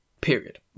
Period